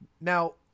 now